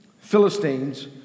Philistines